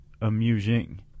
amusing